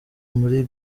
muri